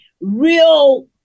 real